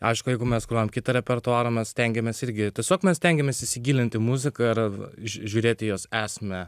aišku jeigu mes grojam kitą repertuarą mes stengiamės irgi tiesiog mes stengiamės įsigilint į muziką ar žiūrėti jos esmę